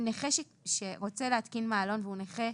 שקלים חדשים.